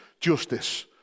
justice